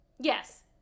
Yes